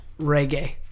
reggae